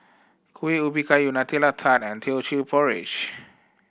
Kueh Ubi Kayu Nutella Tart and Teochew Porridge